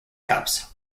cups